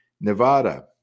Nevada